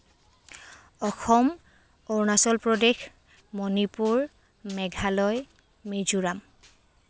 Assam Arunachal Pradesh Manipur Meghalaya Mizoram